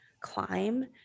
climb